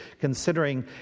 considering